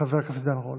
חבר הכנסת עידן רול.